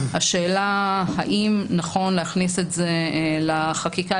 השאלה האם נכון להכניס את זה לחקיקה,